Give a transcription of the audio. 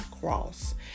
cross